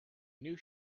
new